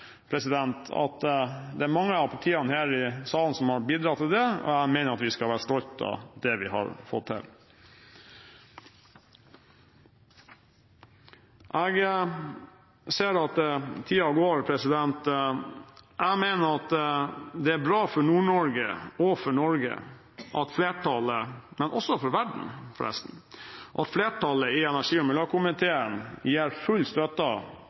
mener vi skal være stolte av det vi har fått til. Jeg ser at tiden går. Jeg mener det er bra for Nord-Norge, og for Norge, men også for verden, at flertallet i energi- og miljøkomiteen gir full støtte